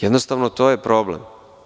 Jednostavno, to je problem.